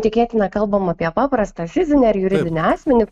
tikėtina kalbam apie paprastą fizinį ar juridinį asmenį